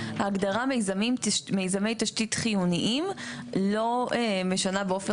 ההגדרה של מיזמי תשתית חיוניים לא משנה באופן